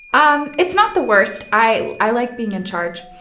um it's not the worst. i i like being in charge.